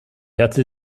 hatte